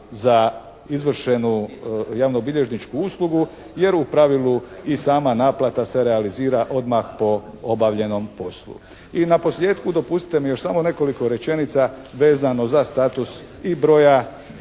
za izvršenu javnobilježničku uslugu jer u pravilu i sama naplata se realizira odmah po obavljenom poslu. I naposljetku dopustite mi još samo nekoliko rečenica vezano za status i broja